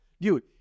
Dude